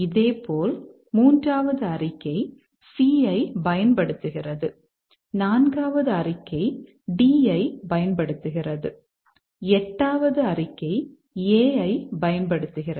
இதேபோல் மூன்றாவது அறிக்கை c ஐப் பயன்படுத்துகிறது நான்காவது அறிக்கை d ஐப் பயன்படுத்துகிறது எட்டாவது அறிக்கை a ஐப் பயன்படுத்துகிறது